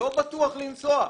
לא בטוח לנסוע,